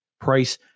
price